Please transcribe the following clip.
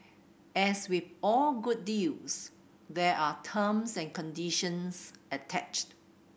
as with all good deals there are terms and conditions attached